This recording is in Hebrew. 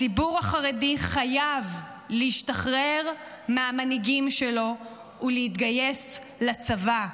הציבור החרדי חייב להשתחרר מהמנהיגים שלו ולהתגייס לצבא.